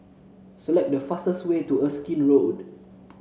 select the fastest way to Erskine Road